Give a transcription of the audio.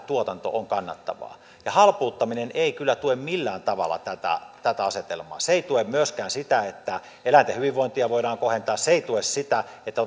tuotanto on kannattavaa ja halpuuttaminen ei kyllä tue millään tavalla tätä tätä asetelmaa se ei tue myöskään sitä että eläinten hyvinvointia voidaan kohentaa se ei tue sitä että